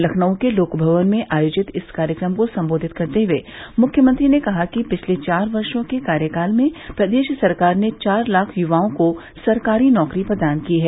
लखनऊ के लोकभवन में आयोजित इस कार्यक्रम को सम्बोधित करते हुए मुख्यमंत्री ने कहा कि पिछले चार वर्षो के कार्यकाल में प्रदेश सरकार ने चार लाख युवाओं को सरकारी नौकरी प्रदान की है